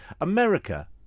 America